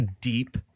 deep